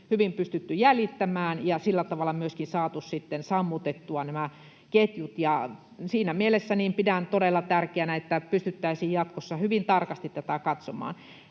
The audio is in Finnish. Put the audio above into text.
hyvin pystytty jäljittämään ja sillä tavalla myöskin saatu sitten sammutettua nämä ketjut. Siinä mielessä pidän todella tärkeänä, että pystyttäisiin jatkossa hyvin tarkasti tätä katsomaan.